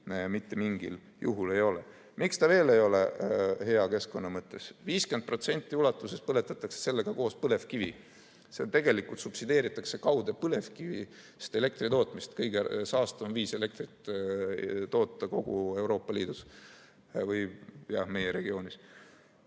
mitte mingil juhul ei ole. Miks ta veel ei ole hea keskkonna mõttes? 50% ulatuses põletatakse sellega koos põlevkivi. Seega tegelikult subsideeritakse kaude põlevkivi, aga see on elektri tootmisel kõige saastavam viis elektrit toota Euroopa Liidus või meie regioonis.